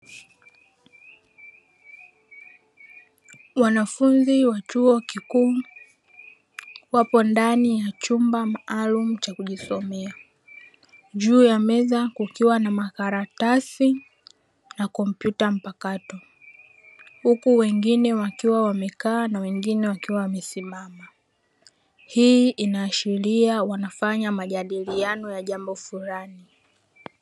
Wanafunzi wa chuo kikuu wapo ndani ya chumba maalumu cha kujisomea juu ya meza kukiwa na makaratasi na kompyuta mpakato huku wengine wakiwa wamekaa na wengine wakiwa wamesimama, hii inaashiria wanafanya majadilio ya jambo fulani.